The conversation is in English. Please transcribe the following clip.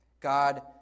God